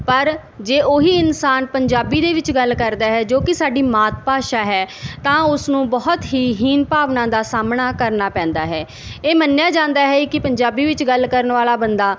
ਪਰ ਜੇ ਉਹੀ ਇਨਸਾਨ ਪੰਜਾਬੀ ਦੇ ਵਿੱਚ ਗੱਲ ਕਰਦਾ ਹੈ ਜੋ ਕਿ ਸਾਡੀ ਮਾਤ ਭਾਸ਼ਾ ਹੈ ਤਾਂ ਉਸ ਨੂੰ ਬਹੁਤ ਹੀ ਹੀਨ ਭਾਵਨਾ ਦਾ ਸਾਹਮਣਾ ਕਰਨਾ ਪੈਂਦਾ ਹੈ ਇਹ ਮੰਨਿਆ ਜਾਂਦਾ ਹੈ ਕਿ ਪੰਜਾਬੀ ਵਿੱਚ ਗੱਲ ਕਰਨ ਵਾਲਾ ਬੰਦਾ